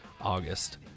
August